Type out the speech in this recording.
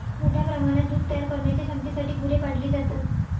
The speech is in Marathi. मोठ्या प्रमाणात दूध तयार करण्याच्या क्षमतेसाठी गुरे पाळली जातात